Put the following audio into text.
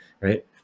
right